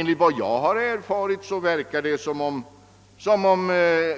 Enligt vad jag erfarit verkar det också som om